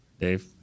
Dave